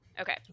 okay